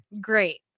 Great